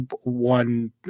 one